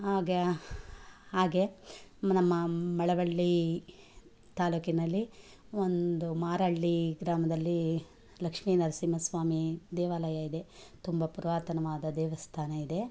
ಹಾಗೆ ಹಾಗೆ ನಮ್ಮ ಮಳವಳ್ಳಿ ತಾಲ್ಲೂಕಿನಲ್ಲಿ ಒಂದು ಮಾರಳ್ಳಿ ಗ್ರಾಮದಲ್ಲಿ ಲಕ್ಷ್ಮೀ ನರಸಿಂಹ ಸ್ವಾಮಿ ದೇವಾಲಯ ಇದೆ ತುಂಬ ಪುರಾತನವಾದ ದೇವಸ್ಥಾನ ಇದೆ